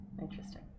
Interesting